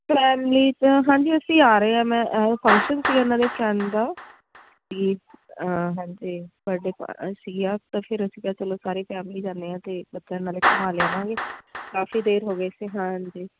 families ਹਾਂਜੀ ਅਸੀਂ ਆ ਰਹੇ ਆ ਮੈਂ ਫੰਕਸ਼ਨ ਸੀ ਉਹਨਾਂ ਨੇ ਫਰੈਂਡ ਹਾਂ ਹਾਂਜੀ ਬਰਡੇ ਪਾਰਟੀ ਸੀਗਾ ਫਿਰ ਅਸੀਂ ਕਿਹਾ ਚਲੋ ਸਾਰੇ ਫੈਮਲੀ ਜਾਂਦੇ ਹਾਂ ਅਤੇ ਬੱਚਿਆਂ ਨੂੰ ਨਾਲੇ ਘੁਮਾ ਲਿਆਵਾਂਗੇ ਕਾਫੀ ਦੇਰ ਹੋ ਗਏ ਸੀ ਹਾਂ ਜੀ